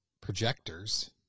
projectors